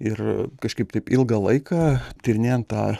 ir kažkaip taip ilgą laiką tyrinėjant tą